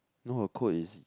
no her coat is